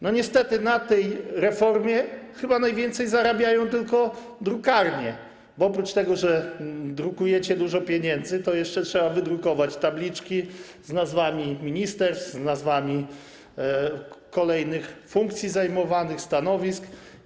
Niestety na tej reformie chyba najwięcej zarabiają drukarnie, bo oprócz tego, że drukujecie dużo pieniędzy, to jeszcze trzeba wydrukować tabliczki z nazwami ministerstw, z nazwami kolejnych funkcji, zajmowanych stanowisk.